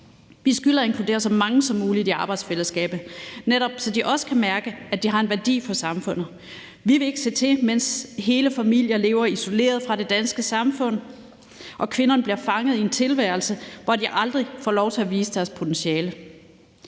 Vi skylder at inkludere så mange som muligt i arbejdsfællesskabet, så de netop også kan mærke, at de har en værdi for samfundet. Vi vil ikke se til, mens hele familier lever isoleret fra det danske samfund og kvinderne bliver fanget i en tilværelse, hvor de aldrig får lov til at vise deres potentiale.